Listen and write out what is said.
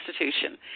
institution